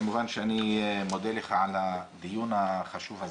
כמובן שאני מודה לך על הדיון החשוב הזה.